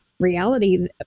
reality